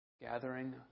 gathering